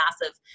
massive